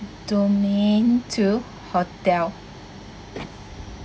domain two hotel